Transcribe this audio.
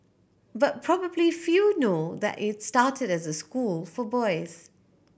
but probably few know that it started as a school for boys